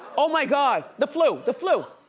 oh my god, the flu, the flu.